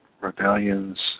rebellions